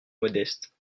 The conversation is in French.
modestes